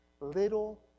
little